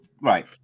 right